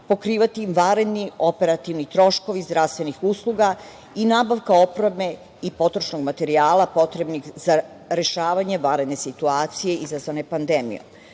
pokrivati vanredni operativni troškovi zdravstvenih usluga i nabavka opreme i potrošnih materijala potrebnih za rešavanje vanredne situacije izazvane pandemijom.